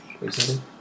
recently